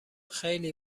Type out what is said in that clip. خیلی